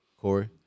Corey